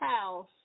house